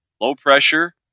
low-pressure